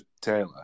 Taylor